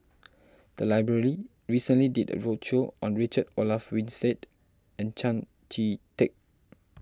the library recently did a roadshow on Richard Olaf Winstedt and Tan Chee Teck